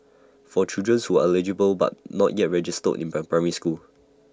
for children's who are eligible but not yet registered in per primary school